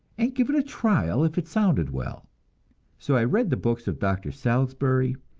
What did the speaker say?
and give it a trial if it sounded well so i read the books of doctor salisbury,